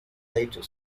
later